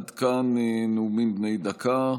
עד כאן נאומים בני דקה.